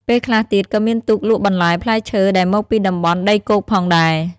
ពេលខ្លះទៀតក៏មានទូកលក់បន្លែផ្លែឈើដែលមកពីតំបន់ដីគោកផងដែរ។